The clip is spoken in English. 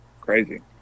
crazy